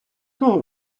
того